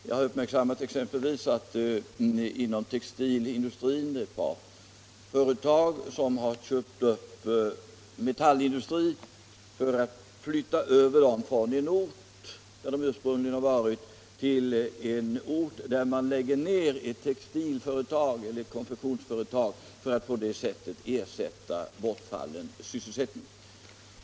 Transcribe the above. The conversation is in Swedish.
Jag har uppmärksammat exempelvis inom textilindustrin ett par företag som har köpt upp metallindustrier för att flytta över dem från en ort där de ursprungligen har varit till en ort där man lägger ner ett textilföretag, eller konfektionsföretag, för att på det sättet ersätta bortfallen sysselsättning.